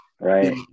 Right